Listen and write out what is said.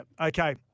Okay